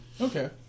Okay